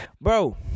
Bro